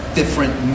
different